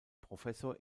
professor